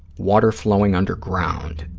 water flowing underground,